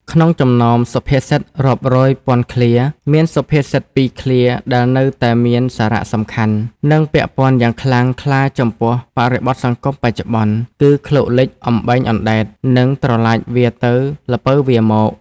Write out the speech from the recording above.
ក្នុងចំណោមសុភាសិតរាប់រយពាន់ឃ្លា មានសុភាសិតពីរឃ្លាដែលនៅតែមានសារៈសំខាន់ និងពាក់ព័ន្ធយ៉ាងខ្លាំងក្លាចំពោះបរិបទសង្គមបច្ចុប្បន្ន គឺ "ឃ្លោកលិច អំបែងអណ្ដែត" និង "ត្រឡាចវារទៅ ល្ពៅវារមក"។